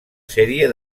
sèrie